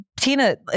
Tina